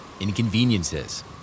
inconveniences